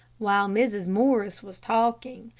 while mrs. morris was talking,